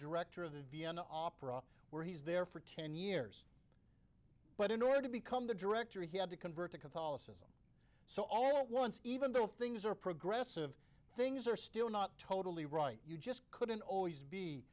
director of the vienna opera where he's there for ten years but in order to become the director he had to convert to catholicism so all once even though things are progressive things are still not totally right you just couldn't always be